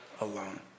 alone